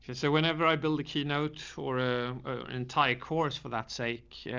so whenever i build a keynote or a entire course for that sake, yeah.